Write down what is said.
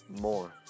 more